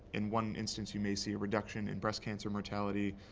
in one instance, you may see a reduction in breast cancer mortality.